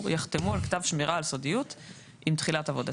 יחתמו על כתב שמירה על סודיות עם תחילת עבודתם.